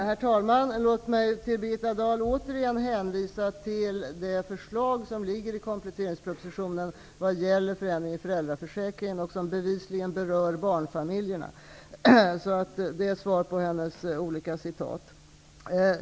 Herr talman! Låt mig, Birgitta Dahl, återigen hänvisa till de förslag som finns i kompletteringspropositionen vad gäller förändringar i föräldraförsäkringen och som bevisligen berör barnfamiljerna. Det är svar på hennes frågor angående olika citat.